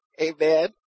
Amen